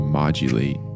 modulate